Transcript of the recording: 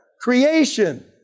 Creation